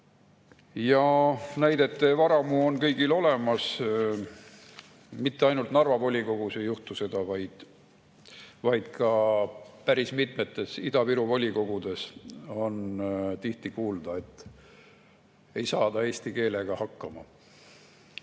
Näidete varamu on kõigil olemas. Mitte ainult Narva volikogus ei juhtu seda, vaid ka päris mitmete [teiste] Ida-Viru volikogude kohta on tihti kuulda, et ei saada eesti keelega hakkama.